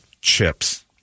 chips